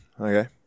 Okay